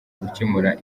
gukemura